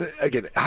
Again